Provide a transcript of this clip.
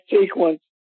sequence